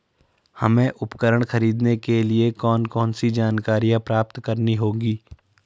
हमें उपकरण खरीदने के लिए कौन कौन सी जानकारियां प्राप्त करनी होगी?